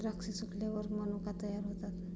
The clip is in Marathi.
द्राक्षे सुकल्यावर मनुका तयार होतात